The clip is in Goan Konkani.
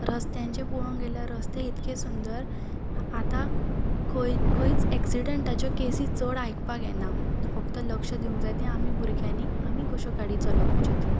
रस्त्यांचें पळोवंक गेल्यार रस्ते इतके सुंदर आतां खंय खंयच एक्सिडेंटाच्यो केसी चड आयकपा येना फक्त लक्ष दिवंक जाय तें आमी भुरग्यांनी आमी कश्यो गाडी चलोपाच्यो त्यो